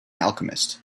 alchemist